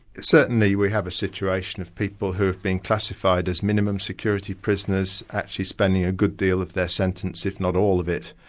certainly we have a situation with people who have been classified as minimum security prisoners actually spending a good deal of their sentence, if not all of it,